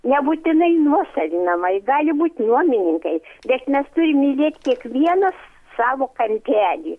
nebūtinai nuosavi namai gali būt nuomininkai bet mes turim mylėt kiekvienas savo kampelį